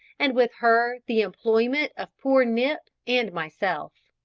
and with her the employment of poor nip and myself.